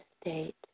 state